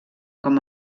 com